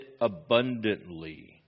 abundantly